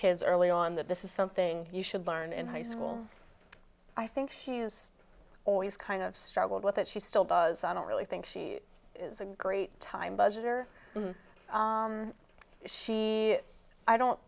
kids early on that this is something you should learn in high school i think she was always kind of struggled with that she still does i don't really think she is a great time budgeter she i don't